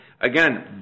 again